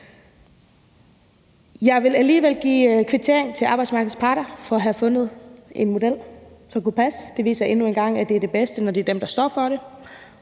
Jeg vil alligevel kvittere over for arbejdsmarkedets parter for at have fundet en model, som kunne passe. Det viser endnu en gang, at det er det bedste, når det er dem, der står for det.